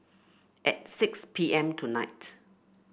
at six P M tonight